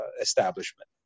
Establishment